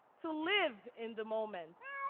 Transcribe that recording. to live in the moment.